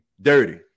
Dirty